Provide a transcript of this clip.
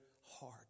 heart